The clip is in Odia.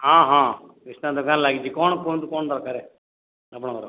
ହଁ ହଁ କ୍ରିଷ୍ଣା ଦୋକାନ ଲାଗିଛି କଣ କୁହନ୍ତୁ କଣ ଦରକାର ଆପଣଙ୍କର